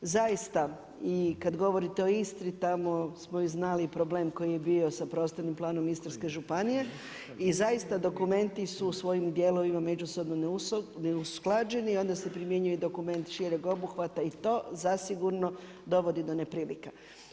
Zaista i kad govorite o Istri, tamo smo i znali problem koji je bio sa prostornim planom Istarske županije i zaista dokumenti su svojim dijelovima međusobno neusklađeni i onda se primjenjuje dokument šireg obuhvata i to zasigurno dovodi do neprilika.